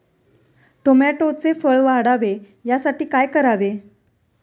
टोमॅटोचे फळ वाढावे यासाठी काय करावे?